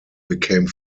became